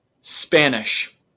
Spanish